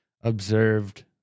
observed